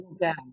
down